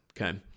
okay